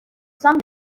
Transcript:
some